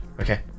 Okay